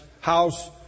house